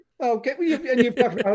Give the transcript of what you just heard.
okay